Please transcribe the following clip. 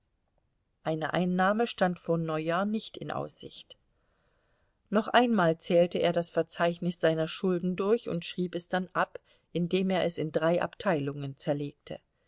eine einnahme stand vor neujahr nicht in aussicht noch einmal zählte er das verzeichnis seiner schulden durch und schrieb es dann ab indem er es in drei abteilungen zerlegte